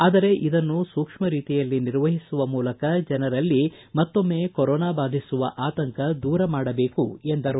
ಆದರೆ ಇದನ್ನು ಸೂಕ್ಷ್ಮ ರೀತಿಯಲ್ಲಿ ನಿರ್ವಹಿಸುವ ಮೂಲಕ ಜನರಲ್ಲಿ ಮತ್ತೊಮ್ಮೆ ಕೊರೋನ ಬಾಧಿಸುವ ಆತಂಕ ದೂರ ಮಾಡಬೇಕು ಎಂದರು